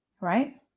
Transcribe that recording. right